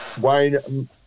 Wayne